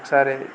ఒకసారి